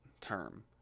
term